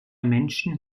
menschen